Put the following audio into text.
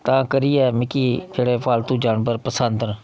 तां करियै मिकी जेह्ड़े पालतू जानवर पसंद न